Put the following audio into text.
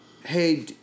Hey